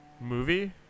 movie